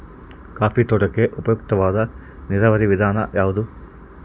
Coffee ತೋಟಕ್ಕೆ ಉಪಯುಕ್ತವಾದ ನೇರಾವರಿ ವಿಧಾನ ಯಾವುದು?